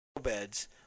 beds